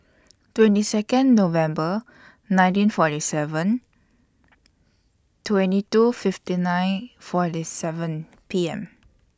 twenty Second November nineteen forty seven twenty two fifty nine forty seven P M